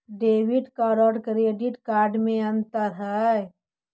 Debit card और credit card में अन्तर है?